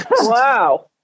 Wow